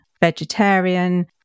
vegetarian